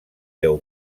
deu